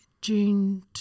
June